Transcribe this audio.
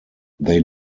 they